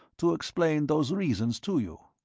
to explain those reasons to you.